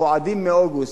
רועדים מאוגוסט,